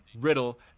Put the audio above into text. Riddle